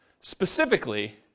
specifically